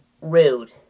rude